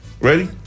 Ready